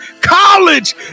College